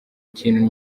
ikintu